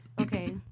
Okay